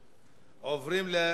14, נגד, אין, נמנעים, אין.